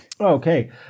Okay